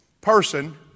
person